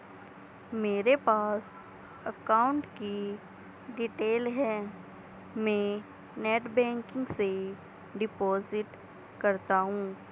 मेरे पास अकाउंट की डिटेल है मैं नेटबैंकिंग से डिपॉजिट करता हूं